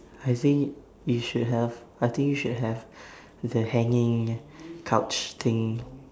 I think you should have I think you should have the hanging couch thing